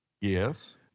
Yes